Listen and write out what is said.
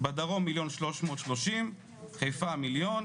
בדרום 1,330,000, חיפה 1,000,000,